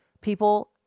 People